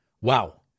Wow